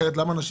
למה יותר נשים?